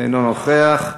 אינו נוכח,